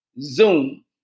Zoom